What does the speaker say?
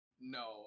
No